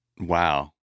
Wow